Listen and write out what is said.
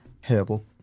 herbal